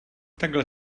takhle